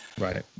Right